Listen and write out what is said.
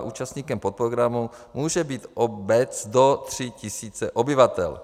Účastníkem podprogramu může být obec do 3 tisíc obyvatel.